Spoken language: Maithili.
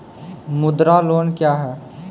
मुद्रा लोन क्या हैं?